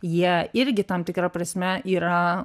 jie irgi tam tikra prasme yra